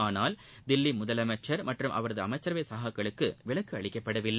ஆனால் தில்லி முதலமைச்சா் மற்றும் அவரது அமைச்சரவை சகாக்களுக்கு விலக்கு அளிக்கப்படவில்லை